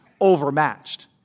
overmatched